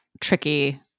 tricky